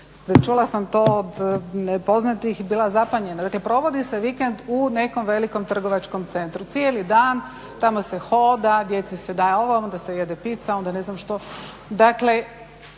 čula sam to o nepoznatih i bila zapanjena, dakle provodi se vikend u nekom velikom trgovačkom centru, cijeli dan tamo se hoda, djeci se daje ovo, onda se jede pizza, onda ne znam što.